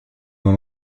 dans